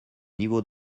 niveau